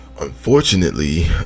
Unfortunately